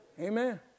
Amen